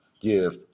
give